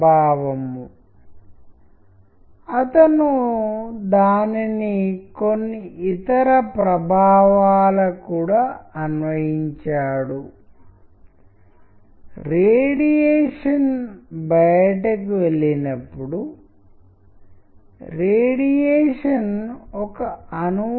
మీరు చిత్రాలను చూపించడం లేదా మనము కొంచెం తర్వాత మాట్లాడే సంగీతాన్ని ఉపయోగించడం వంటి వాటిని ఎమోషన్ ఇండక్షన్ పద్ధతులుగా పిలుస్తారని అధ్యయనాలు చెబుతున్నాయి